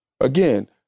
Again